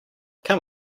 come